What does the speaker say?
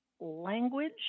language